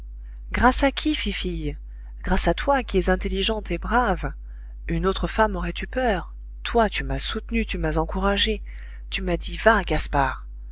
grâce à qui fifille grâce à toi qui es intelligente et brave une autre femme aurait eu peur toi tu m'as soutenu tu m'as encouragé tu m'as dit va gaspard